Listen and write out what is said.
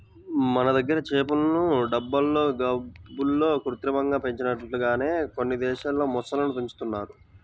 మన దగ్గర చేపలను టబ్బుల్లో, గాబుల్లో కృత్రిమంగా పెంచినట్లుగానే కొన్ని దేశాల్లో మొసళ్ళను పెంచుతున్నారు